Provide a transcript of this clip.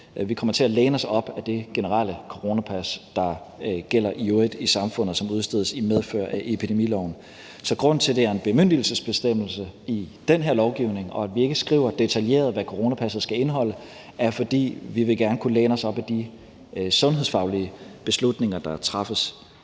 Vi kommer til at læne os op ad det generelle coronapas, der gælder i det øvrige samfundet, og som udstedes i medfør af epidemiloven. Så grunden til, at det er en bemyndigelsesbestemmelse i den her lovgivning, og at vi ikke skriver detaljeret, hvad coronapasset skal indeholde, er, at vi gerne vil kunne læne os op ad de sundhedsfaglige beslutninger, der træffes